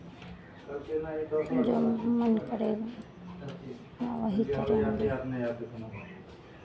जो मन करे वही करेंगे